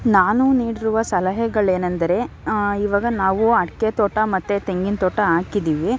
ನಾನು ನೀಡಿರುವ ಸಲಹೆಗಳೇನೆಂದರೆ ಇವಾಗ ನಾವು ಅಡಿಕೆ ತೋಟ ಮತ್ತು ತೆಂಗಿನ ತೋಟ ಹಾಕಿದೀವಿ